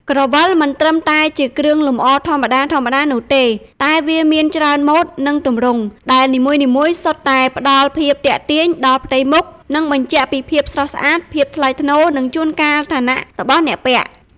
ក្រវិលមិនត្រឹមតែជាគ្រឿងលម្អធម្មតាៗនោះទេ តែវាមានច្រើនម៉ូដ និងទម្រង់ ដែលនីមួយៗសុទ្ធតែផ្តល់ភាពទាក់ទាញដល់ផ្ទៃមុខ និងបញ្ជាក់ពីភាពស្រស់ស្អាត ភាពថ្លៃថ្នូរ និងជួនកាលឋានៈរបស់អ្នកពាក់។